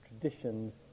traditions